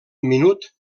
minut